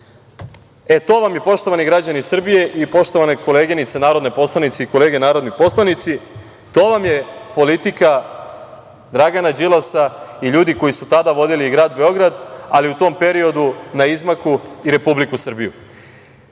ime bonusa. Poštovani građani Srbije i poštovane koleginice narodni poslanici i kolege narodni poslanici, to vam je politika Dragana Đilasa i ljudi koji su tada vodili grad Beograd, ali u tom periodu na izmaku i Republiku